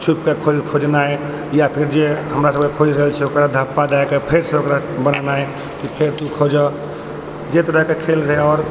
छुपि कऽ खोजनाइ या फेर जे हमरा सबके खोज रहल छै ओकर धप्पा दए कऽ फेरसँ ओकरा कहनाइ कि फेर तू खोजऽ जाहि तरहकेँ खेल रहै आओर